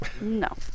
no